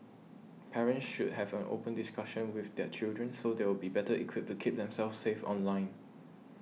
parents should have an open discussion with their children so they'll be better equipped to keep themselves safe online